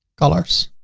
colors.